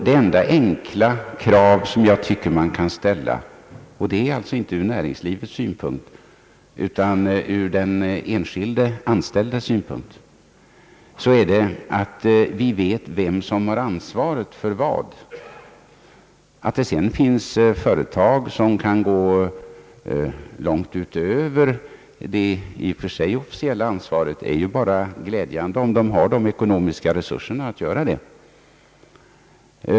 Det enda enkla krav som jag tycker att man kan ställa — inte ur näringslivets utan ur den enskilde anställdes synpunkt — är att vi vet vem som har ansvaret för vad. Att det sedan finns företag som kan gå långt utöver det officiella ansvaret är ju i och för sig bara glädjande, om de har de ekonomiska resurserna att göra detta.